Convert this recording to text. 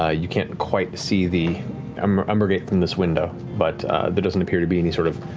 ah you can't quite see the um umbra gate from this window, but there doesn't appear to be any sort of